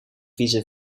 vieze